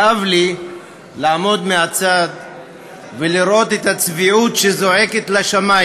כאב לי לעמוד מהצד ולראות את הצביעות שזועקת לשמים